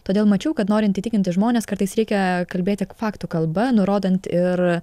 todėl mačiau kad norint įtikinti žmones kartais reikia kalbėti faktų kalba nurodant ir